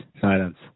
Silence